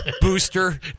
booster